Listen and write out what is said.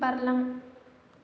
बारलां